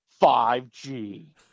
5G